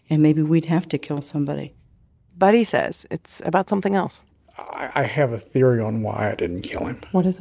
and maybe we'd have to kill somebody buddy says it's about something else i have a theory on why i didn't kill him what is it?